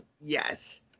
Yes